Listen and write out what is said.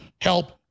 help